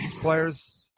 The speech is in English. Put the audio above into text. players